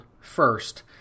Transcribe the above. first